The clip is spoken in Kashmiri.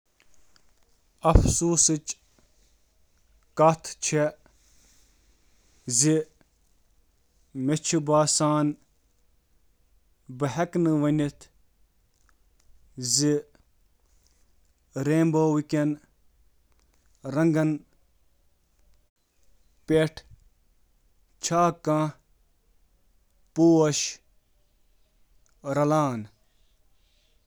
آ، تَتہِ چھِ پوش یِم قوس قزح کِس پرٛٮ۪تھ رنٛگٕچ نمٲئندگی چھِ کران۔